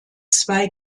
zwei